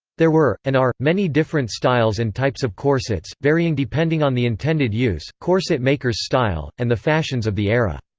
there were, and are, many different styles and types of corsets, varying depending on the intended use, corset maker's style, and the fashions of the era.